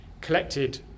collected